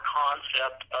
concept